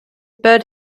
bird